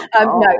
No